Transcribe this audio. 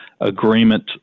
agreement